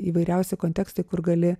įvairiausi kontekstai kur gali